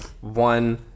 one